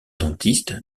dentiste